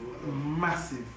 massive